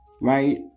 right